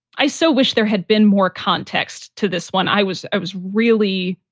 i so wish there had been more context to this one. i was i was really,